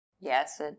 Yes